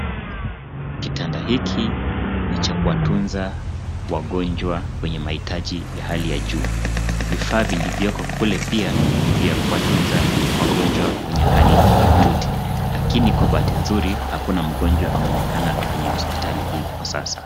Kitanda hiki ni cha kuwatunza wagonjwa wenye mahitaji ya hali ya juu. Vifaa vilivyoko kule pia ni vifaa vya kuwatunza wagonjwa wenye hali mahututi lakini kwa bahati nzuri hakuna mgonjwa anaonekana kwenye hospitali hii kwa sasa.